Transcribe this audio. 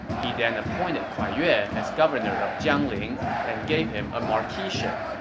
he then appointed kuai yue as governor of jiangling and gave him a marquiship.